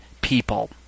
people